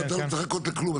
אתה לא צריך לחכות לכלום,